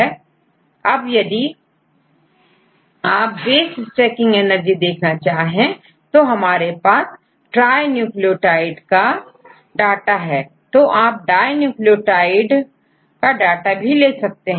अब यदि आपbase stacking energyदेखना चाहे तो हमारे पास ट्राई न्यूक्लियोटाइड का डाटा है तो आप डाई न्यूक्लियोटाइड का डाटा भी ले सकते हैं